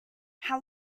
how